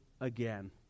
again